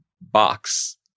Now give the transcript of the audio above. box